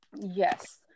yes